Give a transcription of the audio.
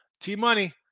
T-Money